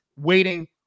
waiting